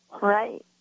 Right